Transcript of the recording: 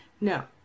No